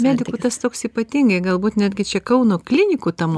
medikų tas toks ypatingai galbūt netgi čia kauno klinikų tam